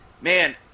man